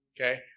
Okay